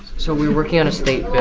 so we're working on a state bill,